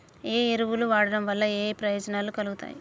ఏ ఎరువులు వాడటం వల్ల ఏయే ప్రయోజనాలు కలుగుతయి?